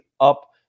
up